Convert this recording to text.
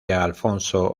alfonso